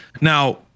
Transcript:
now